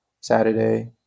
Saturday